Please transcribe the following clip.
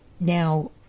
Now